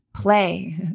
play